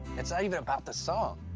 it's not even about the song,